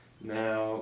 Now